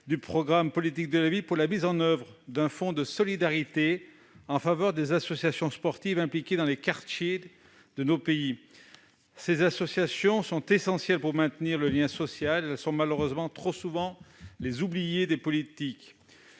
du programme 147, « Politique de la ville », pour la mise en oeuvre d'un fonds de solidarité en faveur des associations sportives impliquées dans les quartiers. Ces associations sont essentielles pour maintenir le lien social, mais sont trop souvent, malheureusement, les oubliées des politiques.